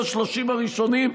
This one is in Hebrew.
לא לשלושים הראשונים,